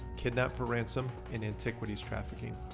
kidnap for ransom and antiquities trafficking.